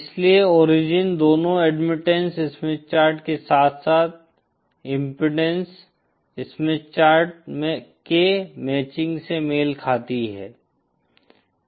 इसलिए ओरिजिन दोनों admittance Smith chart के साथ साथ इम्पीडेंस स्मिथ चार्ट के मैचिंग से मेल खाती है